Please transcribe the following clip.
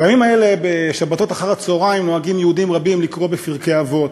בימים אלה בשבתות אחר-הצהריים נוהגים יהודים רבים לקרוא בפרקי אבות.